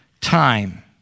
Time